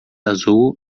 azul